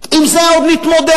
עם זה עוד נתמודד.